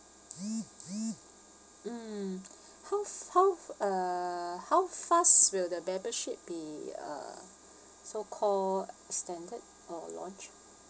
mm how how uh how fast will the membership be uh so called extended or launched